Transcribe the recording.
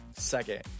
Second